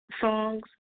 songs